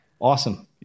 Awesome